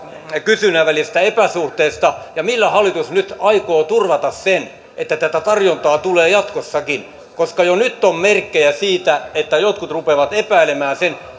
kysynnän välisestä epäsuhteesta millä hallitus nyt aikoo turvata sen että tätä tarjontaa tulee jatkossakin jo nyt on merkkejä siitä että jotkut rupeavat epäilemään sen